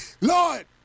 Lord